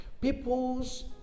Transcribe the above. People's